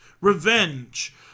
revenge